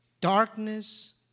darkness